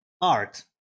art